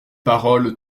paroles